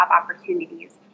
opportunities